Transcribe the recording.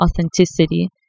authenticity